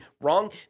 wrong